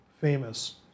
famous